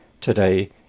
Today